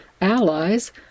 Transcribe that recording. allies